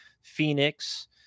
Phoenix